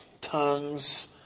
tongues